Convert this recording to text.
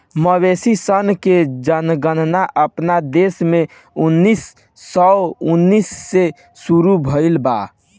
मवेशी सन के जनगणना अपना देश में उन्नीस सौ उन्नीस से शुरू भईल बा